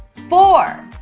four.